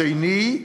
השני,